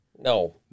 No